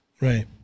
Right